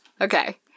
Okay